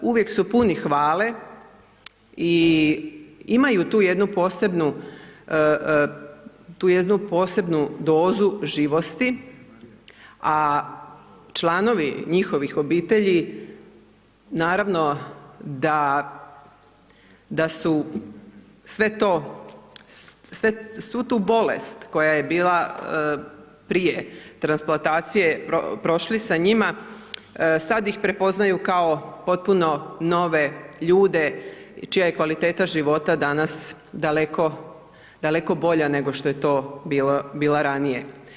Uvijek su puni hvale i imaju tu jednu posebnu, tu jednu posebnu dozu živosti, a članovi njihovih obitelji naravno da, da su svu tu bolest koja je bila prije transplantacije prošli sa njima sad ih prepoznaju kao potpuno nove ljude čija je kvaliteta života danas daleko, daleko bolja nego što je to bila ranije.